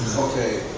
okay,